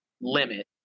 limit